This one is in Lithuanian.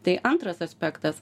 tai antras aspektas